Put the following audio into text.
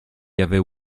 avait